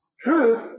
truth